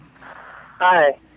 Hi